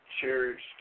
cherished